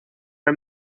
are